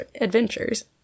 adventures